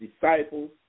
disciples